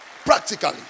Practically